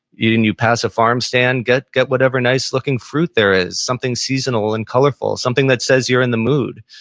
you and you pass a farm stand, get get whatever nice looking fruit there is, something seasonal and colorful. something that says you're in the mood.